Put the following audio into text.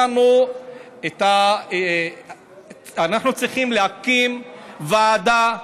אנחנו צריכים להקים ועדה,